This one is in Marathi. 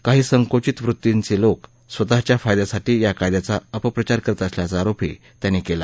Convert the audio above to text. काही संकुषित वृत्तीचत्रीक स्वतःच्या फायद्यासाठी या कायद्याचा अपप्रचार करत असल्याचा आरोपही त्यांनी कली